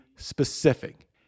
Specific